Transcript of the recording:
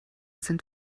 sind